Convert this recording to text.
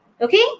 okay